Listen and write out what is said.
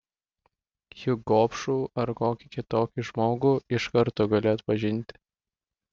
juk gobšų ar kokį kitokį žmogų iš karto gali atpažinti